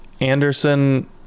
Anderson